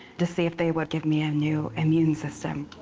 to see if they would give me a um new immune system.